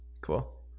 Cool